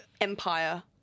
empire